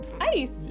ice